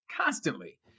constantly